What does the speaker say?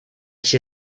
się